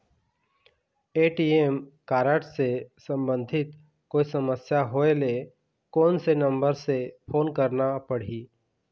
ATM card से संबंधित कोई समस्या होय ले, कोन से नंबर से फोन करना पढ़ही?